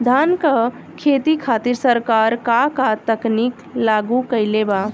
धान क खेती खातिर सरकार का का तकनीक लागू कईले बा?